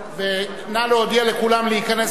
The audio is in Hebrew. נא להודיע לכולם להיכנס לאולם,